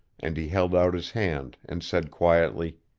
and he held out his hand and said quietly